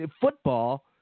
football